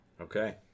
Okay